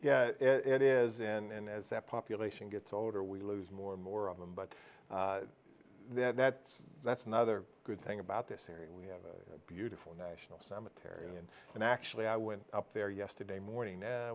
yeah it is in that population gets older we lose more and more of them but then that's that's another good thing about this area we have a beautiful national cemetery and i'm actually i went up there yesterday morning